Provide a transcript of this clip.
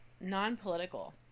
non-political